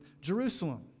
Jerusalem